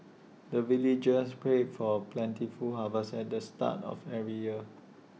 the villagers pray for plentiful harvest at the start of every year